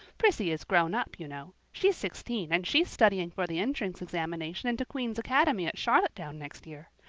prissy is grown up, you know. she's sixteen and she's studying for the entrance examination into queen's academy at charlottetown next year.